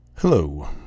Hello